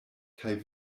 kaj